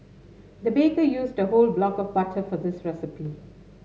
the baker used a whole block of butter for this recipe